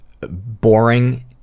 boring